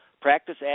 practice